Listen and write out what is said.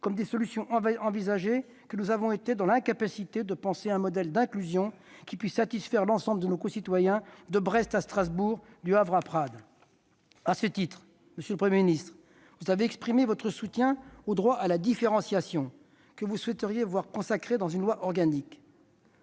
comme des solutions envisagées, que nous avons été dans l'incapacité de penser un modèle d'inclusion qui puisse satisfaire l'ensemble de nos concitoyens, de Brest à Strasbourg, du Havre à Prades. À ce titre, Monsieur le Premier ministre, vous avez exprimé votre soutien au droit à la différenciation, que vous souhaiteriez voir consacré dans une loi organique.